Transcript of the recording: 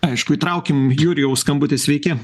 aišku įtraukim jurijaus skambutį sveiki